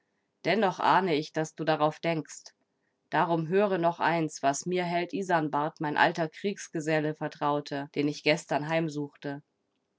dennoch ahne ich daß du darauf denkst darum höre noch eins was mir held isanbart mein alter kriegsgeselle vertraute den ich gestern heimsuchte